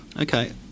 Okay